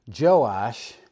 joash